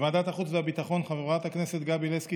בוועדת החוץ והביטחון חברת הכנסת גבי לסקי